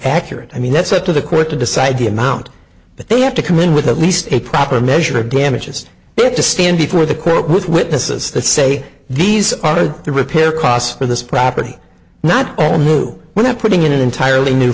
accurate i mean that's up to the court to decide the amount but they have to come in with at least a proper measure of damages they have to stand before the court with witnesses that say these are the repair costs for this property not move without putting in an entirely new